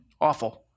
awful